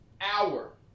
hour